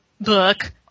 book